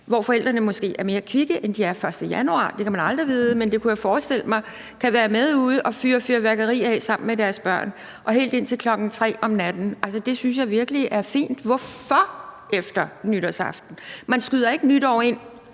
hvor forældrene måske er mere kvikke, end de er 1. januar – det kan man aldrig vide, men det kunne jeg forestille mig – kan være med ude og fyre fyrværkeri af sammen med deres børn og helt indtil kl. 3.00 om natten, synes jeg altså virkelig er fint. Hvorfor skal man have lov at fyre